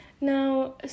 now